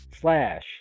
slash